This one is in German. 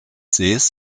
sees